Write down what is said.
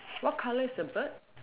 what colour is the bird